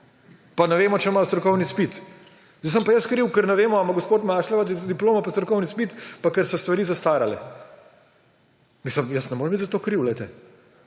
pa ne vemo, če ima strokovni izpit. Zdaj sem pa jaz kriv, ker ne vemo, ali ima gospod Masleša diplomo in strokovni izpit in ker so stvari zastarale? Glejte, jaz ne morem biti za to kriv,.